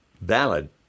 valid